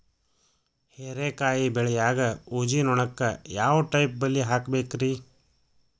ಹೇರಿಕಾಯಿ ಬೆಳಿಯಾಗ ಊಜಿ ನೋಣಕ್ಕ ಯಾವ ಟೈಪ್ ಬಲಿ ಹಾಕಬೇಕ್ರಿ?